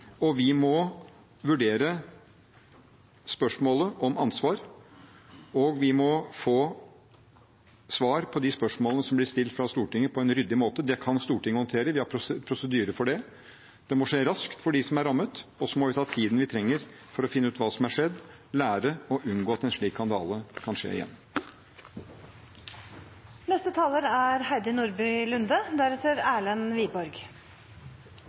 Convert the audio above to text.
Vi må vurdere spørsmålet om ansvar, og vi må på en ryddig måte få svar på de spørsmålene som blir stilt av Stortinget. Det kan Stortinget håndtere. Vi har prosedyrer for det. Det må skje raskt for dem som er rammet, og så må vi ta den tiden vi trenger for å finne ut hva som har skjedd, lære og unngå at en slik skandale kan skje igjen. Det er